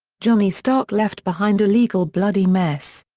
johnny stark left behind a legal bloody mess.